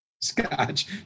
scotch